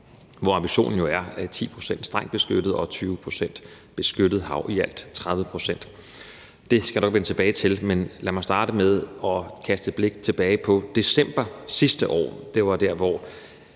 hvor ambitionen jo er 10 pct. strengt beskyttet og 20 pct. beskyttet hav, 30 pct. i alt. Det skal jeg nok vende tilbage til, men lad mig starte med at kaste et blik tilbage på december sidste år. Det var der, hvor